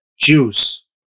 Juice